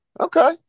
Okay